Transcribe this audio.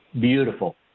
Beautiful